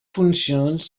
funcions